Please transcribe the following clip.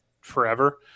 forever